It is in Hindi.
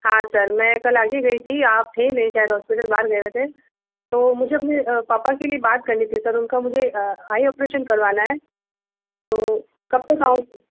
हाँ सर मैं कल आके गई थी आप थे नहीं शायद बाहर गए हुए थे तो मुझे अपने पापा के लिए बात करनी थी सर उनका मुझे आइ ऑपरेशन करवाना है तो कब तक आऊँ